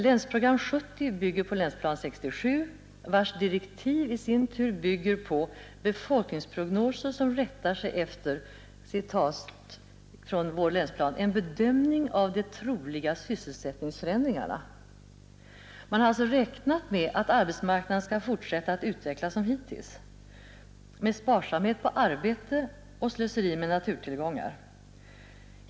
Länsprogram 70 bygger på Länsplan 67 vars 3 februari 1972 direktiv i sin tur bygger på befolkningsprognoser som rättar sig efter — citat från vår länsplan — ”en bedömning av de troliga sysselsättningsförändringarna”. Man har alltså räknat med att arbetsmarknaden skall fortsätta att utvecklas som hittills, med sparsamhet på arbete och slöseri med naturtillgångar.